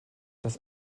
das